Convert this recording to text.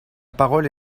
parole